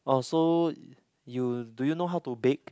oh so you do you know how to bake